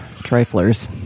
Triflers